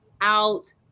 out